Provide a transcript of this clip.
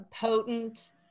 potent